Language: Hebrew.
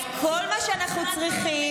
אז כל מה שאנחנו צריכים,